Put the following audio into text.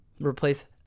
replace